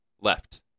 Left